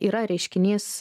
yra reiškinys